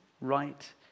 right